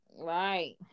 right